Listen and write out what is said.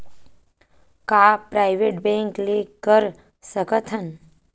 का private bank ले कर सकत हन?